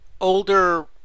older